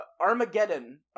Armageddon